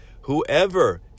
whoever